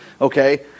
okay